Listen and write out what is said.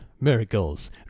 miracles